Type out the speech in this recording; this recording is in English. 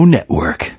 Network